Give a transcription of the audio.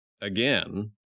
again